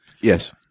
Yes